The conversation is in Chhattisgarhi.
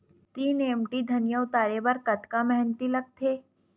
तीन एम.टी धनिया उतारे बर कतका मेहनती लागथे?